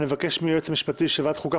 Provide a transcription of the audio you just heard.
אני מבקש מהיועץ המשפטי של ועדת חוקה,